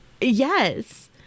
yes